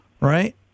right